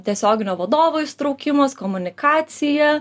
tiesioginio vadovo įsitraukimas komunikacija